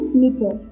meter